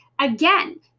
Again